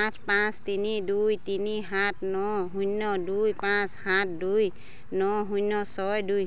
আঠ পাঁচ তিনি দুই তিনি সাত ন শূন্য দুই পাঁচ সাত দুই ন শূন্য ছয় দুই